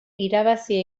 irabazi